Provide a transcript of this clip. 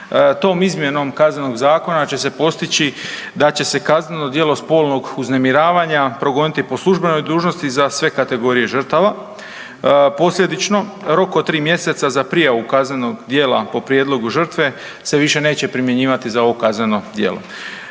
Tom izmjenom Kaznenog zakona će se postići da će se kazneno djelo spolnog uznemiravanja progoniti po službenoj dužnosti za sve kategorije žrtava. Posljedično rok od 3 mjeseca za prijavu kaznenog djela po prijedlogu žrtve se više neće primjenjivati za ovo kazneno djelo.